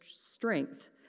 strength